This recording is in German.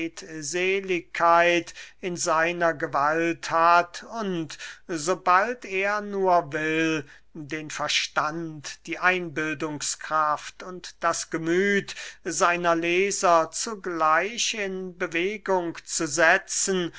redseligkeit in seiner gewalt hat und sobald er nur will den verstand die einbildungskraft und das gemüth seiner leser zugleich in bewegung zu setzen